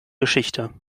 geschichte